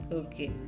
okay